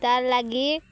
ତାର୍ ଲାଗି